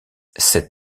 sept